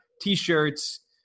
t-shirts